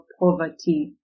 poverty